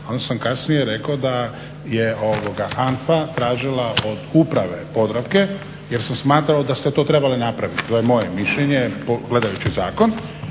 onda sam kasnije rekao da je HANFA tražila od uprave Podravke jer sam smatrao da ste to trebali napraviti. To je moje mišljenje gledajući zakon.